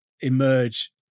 emerge